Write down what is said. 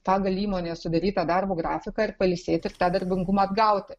pagal įmonės sudarytą darbo grafiką ir pailsėti ir tą darbingumą atgauti